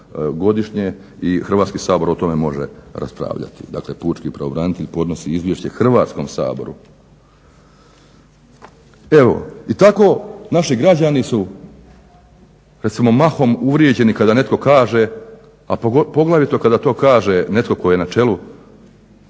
godišnje i Hrvatski sabor o tome može raspravljati. Dakle, pučki pravobranitelj podnosi izvješće Hrvatskom saboru. Evo i tako naši građani su recimo mahom uvrijeđeni kada netko kaže, a poglavito kada to kaže netko tko je na čelu